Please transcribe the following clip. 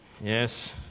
Yes